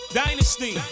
dynasty